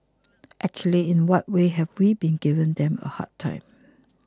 actually in what way have we been giving them a hard time